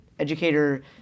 Educator